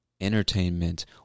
entertainment